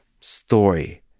story